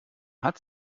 hat